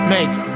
Make